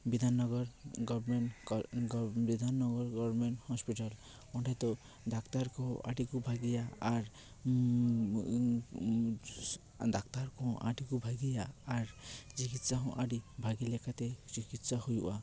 ᱵᱤᱫᱷᱟᱱ Nagar government Bidhan Nagar government hospital ᱚᱸᱰᱮ ᱫᱚ ᱰᱟᱠᱛᱟᱨ ᱠᱚᱦᱚᱸ ᱟᱹᱰᱤᱠᱚ ᱵᱷᱟᱹᱜᱤᱭᱟ ᱟᱨ ᱫᱟᱠᱛᱟᱨ ᱠᱚᱦᱚᱸ ᱟᱹᱰᱤ ᱠᱚ ᱵᱷᱟᱹᱜᱤᱭᱟ ᱟᱨ ᱪᱤᱠᱤᱥᱟ ᱦᱚᱸ ᱟᱹᱰᱤ ᱵᱷᱟᱹᱜᱤ ᱞᱮᱠᱟᱛᱮ ᱪᱤᱠᱤᱥᱟ ᱦᱩᱭᱩᱜᱼᱟ